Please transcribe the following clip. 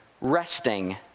resting